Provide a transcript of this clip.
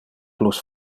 plus